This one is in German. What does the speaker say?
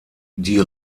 die